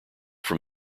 from